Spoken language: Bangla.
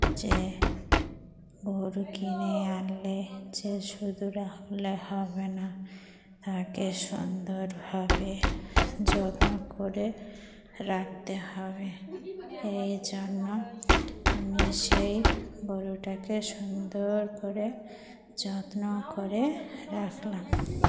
যে গরু কিনে আনলে যে শুধু রাকলে হবে না তাকে সুন্দরভাবে যত্ন করে রাখতে হবে এই জন্য আমি সেই গরুটাকে সুন্দর করে যত্ন করে রাখলাম